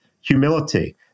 humility